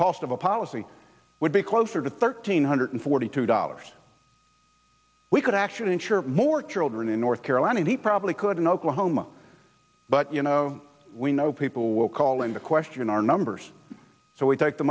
cost of a policy would be closer to thirteen hundred forty two dollars we could actually insure more children in north carolina and he probably couldn't oklahoma but we know people will call into question our numbers so we take the